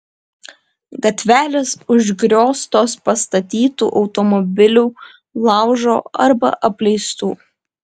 gatvelės užgrioztos pastatytų automobilių laužo arba apleistų